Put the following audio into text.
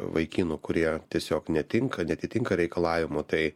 vaikinų kurie tiesiog netinka neatitinka reikalavimų tai